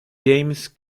james